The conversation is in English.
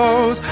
knoooooows!